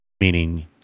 meaning